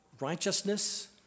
righteousness